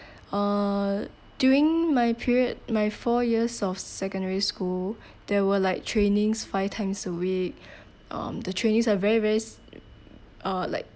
uh during my period my four years of secondary school there were like trainings five times a week um the trainings are very very uh like